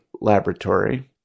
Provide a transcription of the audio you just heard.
laboratory